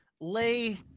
lay